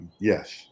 yes